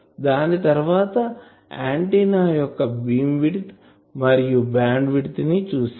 దాని తర్వాత ఆంటిన్నా యొక్క బీమ్ విడ్త్ మరియు బ్యాండ్ విడ్త్ ని చూసాం